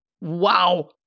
wow